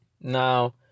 Now